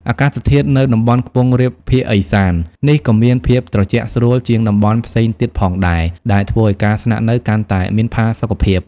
អាកាសធាតុនៅតំបន់ខ្ពង់រាបភាគឦសាននេះក៏មានភាពត្រជាក់ស្រួលជាងតំបន់ផ្សេងទៀតផងដែរ ដែលធ្វើឲ្យការស្នាក់នៅកាន់តែមានផាសុកភាព។